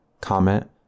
comment